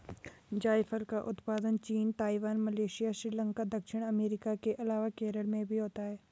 जायफल का उत्पादन चीन, ताइवान, मलेशिया, श्रीलंका, दक्षिण अमेरिका के अलावा केरल में भी होता है